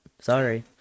sorry